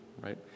right